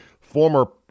Former